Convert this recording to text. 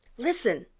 listen!